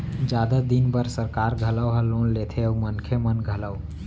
जादा दिन बर सरकार घलौ ह लोन लेथे अउ मनखे मन घलौ